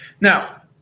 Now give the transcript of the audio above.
Now